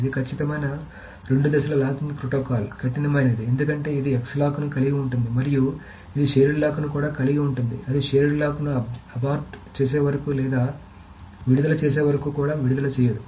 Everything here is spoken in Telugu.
ఇది ఖచ్చితమైన రెండు దశల లాకింగ్ ప్రోటోకాల్ కఠినమైనది ఎందుకంటే ఇది X లాక్లను కలిగి ఉంటుంది మరియు ఇది షేర్డ్ లాక్ని కూడా కలిగి ఉంటుంది అది షేర్డ్ లాక్లను అబార్ట్ చేసే వరకు లేదా విడుదల చేసే వరకు కూడా విడుదల చేయదు